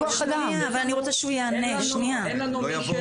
אין לנו מי שיבוא, אין חסר